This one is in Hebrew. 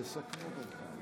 (קוראת בשם חבר הכנסת)